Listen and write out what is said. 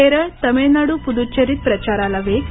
केरळतमिळनाडू पुदुच्चेरीत प्रचाराला वेग